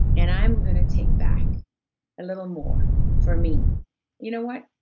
and i'm gonna take back a little more for me you know what?